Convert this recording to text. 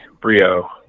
brio